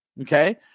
okay